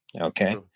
okay